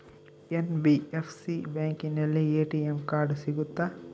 NBFC ಬ್ಯಾಂಕಿನಲ್ಲಿ ATM card ಸಿಗುತ್ತಾ?